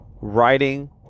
writing